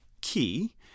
key